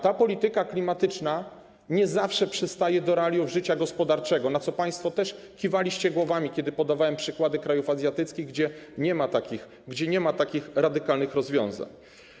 Ta polityka klimatyczna nie zawsze przystaje do realiów życia gospodarczego, na co państwo też kiwaliście głowami, kiedy podawałem przykłady krajów azjatyckich, gdzie nie ma takich radykalnych rozwiązań.